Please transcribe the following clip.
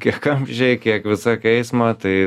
kiek kamščių kiek visokio eismo tai